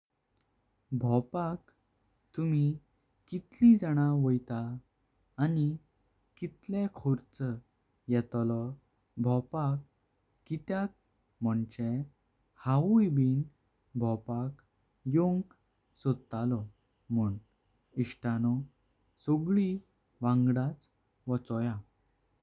भवपाक तुमी कितली जाना वोइता आणि कितलेम खर्च येतलो। भवपाक कित्याक मोन्चें हावहुई बिन भवपाक योंक सोटलो मुन इश्तानो सभी वांगडाच वचोया।